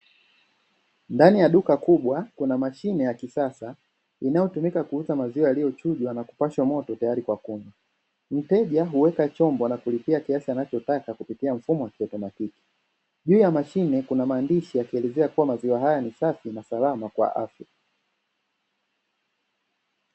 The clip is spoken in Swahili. Ndani ya duka kubwa kuna mashine ya kisasa, inayotumika kuuza maziwa yaliyochujwa na kupashwa moto tayari kwa kunywa, mteja huweka chombo na kulipia kiasi anachotaka kupitia mfumo wa kiatomatiki, juu ya mashine kuna maandishi yakielezea kuwa maziwa haya ni safi na salama kwa afya.